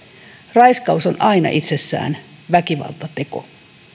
raiskaus on aina itsessään väkivaltateko